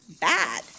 bad